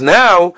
now